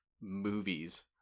movies